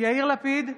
יאיר לפיד,